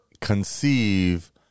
conceive